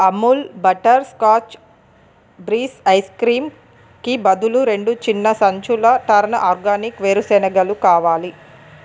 Amul butterscotch బ్రీస్ ice క్రీంకి బదులు రెండు చిన్న సంచుల టర్న్ ఆర్గానిక్ వేరుశనగలు కావాలి